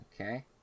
Okay